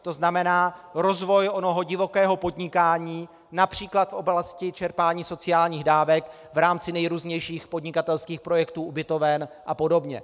To znamená rozvoj onoho divokého podnikání např. v oblasti čerpání sociálních dávek v rámci nejrůznějších podnikatelských projektů, ubytoven apod.